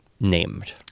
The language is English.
named